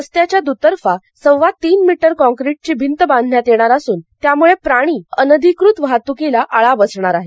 रस्त्याच्या दूतर्फा सव्वा तीन मीटर कॉक्रीटची भिंत बांधण्यात येणार असून त्याम्ळे प्राणी आणि अनधिकृत वाहत्कीला आळा बसणार आहे